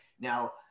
Now